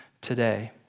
Today